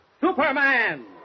Superman